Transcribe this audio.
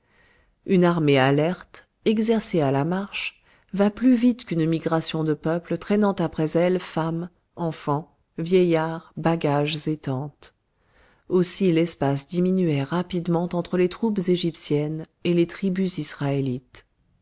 une armée alerte exercée à la marche va plus vite qu'une migration de peuple traînant après elle femmes enfants vieillards bagages et tentes aussi l'espace diminuait rapidement entre les troupes égyptiennes et les tribus israélites